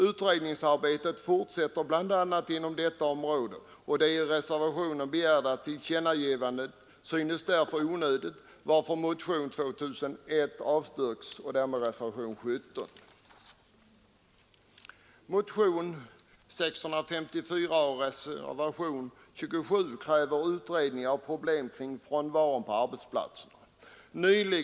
Utredningsarbetet fortsätter inom bl.a. detta område, och det i reservationen begärda tillkännagivandet synes därför onödigt, varför motionen 2001 och därmed också reservationen 17 avstyrks. I motionen 654 och reservationen 27 krävs en utredning av problemen kring frånvaron på arbetsplatserna.